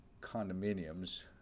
condominiums